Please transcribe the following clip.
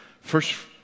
first